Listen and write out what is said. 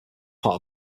part